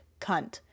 cunt